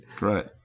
Right